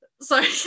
Sorry